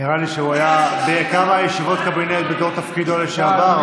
נראה לי שהוא היה בכמה ישיבות קבינט בתפקידו לשעבר,